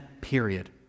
period